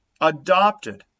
adopted